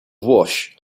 wash